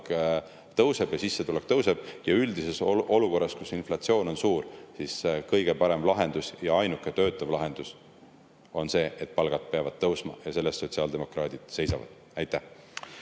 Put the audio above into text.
palk tõuseb ja sissetulek tõuseb. Ja üldises olukorras, kus inflatsioon on suur, on kõige parem lahendus ja ainuke töötav lahendus see, et palgad peavad tõusma. Selle eest sotsiaaldemokraadid seisavad. Aitäh!